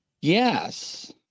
Yes